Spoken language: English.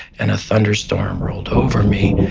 and a thunderstorm rolled over me,